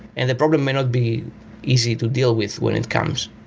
and the problem may not be easy to deal with when it comes,